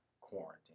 quarantine